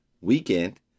weekend